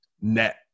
net